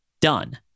Done